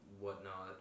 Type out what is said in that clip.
whatnot